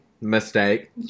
Mistake